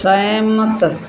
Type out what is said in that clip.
ਸਹਿਮਤ